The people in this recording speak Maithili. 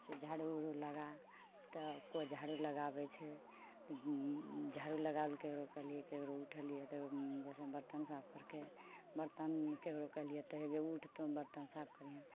से झाड़ू उड़ू लगा तऽ कोइ झाड़ू लगाबै छै झाड़ू लगाबैलए ककरो कहली ककरो उठेलिए तऽ जइसे बर्तन साफ करिके बर्तन ककरो कहलिए तऽ हे गे उठ तोँ बर्तन साफ करिहेँ